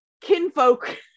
kinfolk